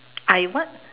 I what